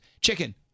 Chicken